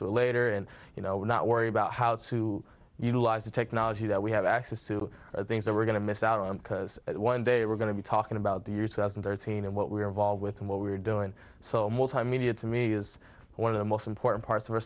it later and you know not worry about how to utilize the technology that we have access to things that we're going to miss out on because one day we're going to be talking about the year two thousand and thirteen and what we're involved with and what we're doing so multimedia to me is one of the most important parts of our